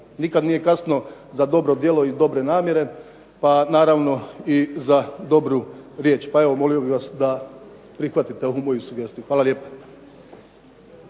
Nikad nije kasno za dobro djelo i dobre namjere pa naravno i za dobru riječ. Pa evo molio bih vas da prihvatite ovu moju sugestiju. Hvala lijepo.